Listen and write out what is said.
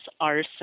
arson